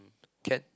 can